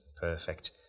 perfect